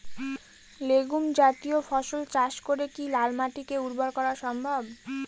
Legume জাতীয় ফসল চাষ করে কি লাল মাটিকে উর্বর করা সম্ভব?